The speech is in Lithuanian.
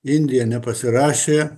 indija nepasirašė